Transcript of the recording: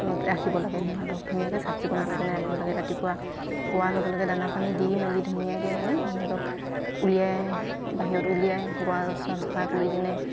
ৰাখিব লাগে সিহঁতক ধুনীয়াকে চাফ চিকুণ কৰি কিনে ৰাখিব লাগে ৰাতিপুৱা খোৱাৰ লগে লগে দানা পানী দি মেলি ধুনীয়াকে মানে সিহঁতক উলিয়াই বাহিৰত উলিয়াই গঁৰাল চৰাল চাফা কৰি কিনে